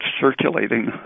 circulating